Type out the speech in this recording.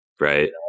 right